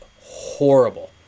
horrible